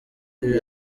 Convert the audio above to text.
ibintu